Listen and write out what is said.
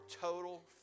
total